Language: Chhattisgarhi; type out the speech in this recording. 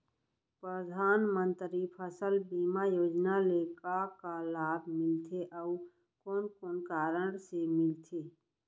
परधानमंतरी फसल बीमा योजना ले का का लाभ मिलथे अऊ कोन कोन कारण से मिलथे?